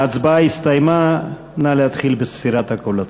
ההצבעה הסתיימה, נא להתחיל בספירת הקולות.